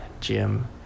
Jim